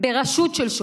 בראשות שופט,